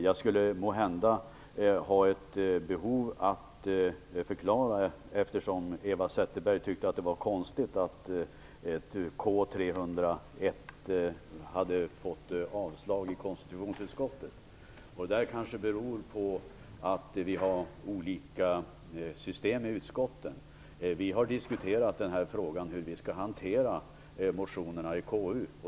Jag skulle måhända kunna ha ett behov av att förklara varför motion K301 har avstyrkts i Konstitutionsutskottet, något som Eva Zetterberg tyckte var konstigt. Det beror på att vi har olika system i utskotten. Vi har diskuterat hur vi skall hantera motionerna i KU.